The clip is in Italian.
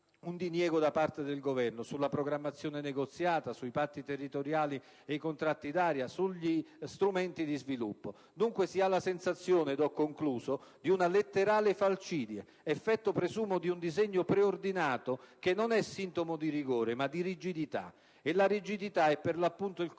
un diniego da parte del Governo sulla programmazione negoziata, sui patti territoriali, sui contratti d'area e sugli strumenti di sviluppo. Dunque, si ha la sensazione di una letterale falcidia, effetto - presumo - di un disegno preordinato che non è sintomo di rigore, ma di rigidità che è, per l'appunto, il contrario